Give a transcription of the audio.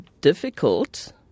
difficult